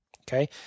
okay